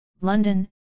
London